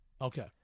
Okay